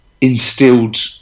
instilled